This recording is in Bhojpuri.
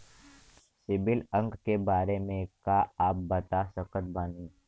सिबिल अंक के बारे मे का आप बता सकत बानी?